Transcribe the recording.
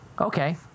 okay